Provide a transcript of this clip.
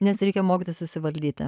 nes reikia mokytis susivaldyti